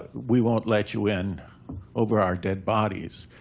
we won't let you in over our dead bodies.